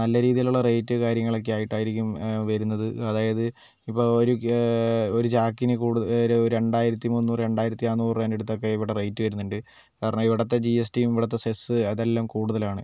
നല്ല രീതിയിലുള്ള റേറ്റ് കാര്യങ്ങളൊക്കെ ആയിട്ടായിരിക്കും വരുന്നത് അതായത് ഇപ്പോൾ ഒരു ഒരു ചാക്കിന് കൂടുത ഒരു രണ്ടായിരത്തി മുന്നൂറ് രണ്ടായിരത്തി നാനൂറ് രൂപേൻ്റെ അടുത്തൊക്കെ ഇവിടെ റേറ്റ് വരുന്നുണ്ട് കാരണം പറഞ്ഞാൽ ഇവിടുത്തെ ജി എസ് ടിയും ഇവിടുത്തെ സെസ്സ് അതെല്ലാം കൂടുതലാണ്